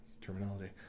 terminology